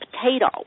potato